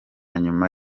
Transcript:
nyuma